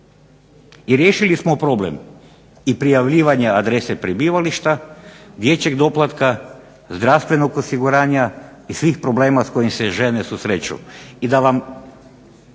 I riješili smo problem i prijavljivanja adrese prebivališta, dječjeg doplatka, zdravstvenog osiguranja i svih problema s kojim se žene susreću.